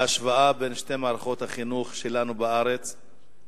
בהשוואה בין שתי מערכות החינוך שלנו בארץ.